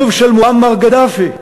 לוב של מועמר קדאפי.